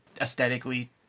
aesthetically